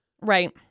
Right